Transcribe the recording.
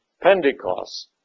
Pentecost